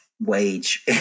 wage